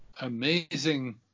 amazing